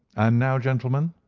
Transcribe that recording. and now, gentlemen,